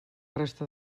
resta